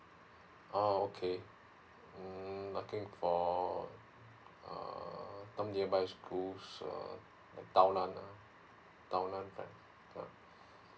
oh okay mm I'm looking for uh nearby school tao nan ah tao nan yup yup